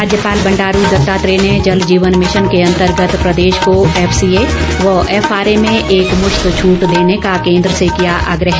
राज्यपाल बंडारू दत्तात्रेय ने जल जीवन मिशन के अंतर्गत प्रदेश को एफसीए व एफआरए में एकमुश्त छूट देने का केन्द्र से किया आग्रह